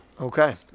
Okay